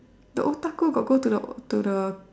the otaku got go to the to the